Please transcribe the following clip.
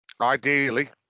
ideally